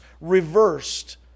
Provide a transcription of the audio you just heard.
reversed